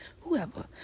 whoever